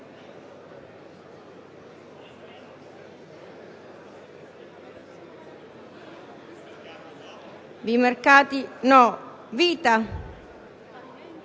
Vita,